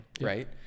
right